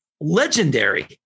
legendary